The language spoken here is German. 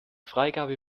freigabe